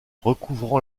recouvrant